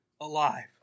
alive